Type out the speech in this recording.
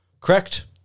Correct